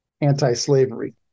anti-slavery